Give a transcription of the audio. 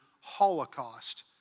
holocaust